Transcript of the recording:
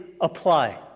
apply